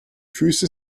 füße